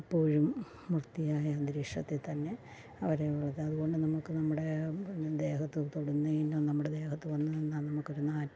എപ്പോഴും വൃത്തിയായ അന്തരീക്ഷത്തിൽത്തന്നെ അവരെ വളർത്താം അതു കൊണ്ട് നമുക്ക് നമ്മുടെ ദേഹത്ത് തൊടുന്നതിനും നമ്മുടെ ദേഹത്ത് വന്നു നിന്നാൽ നമുക്കൊരു നാറ്റമോ